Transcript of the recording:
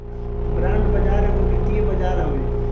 bond बाजार एगो वित्तीय बाजार हवे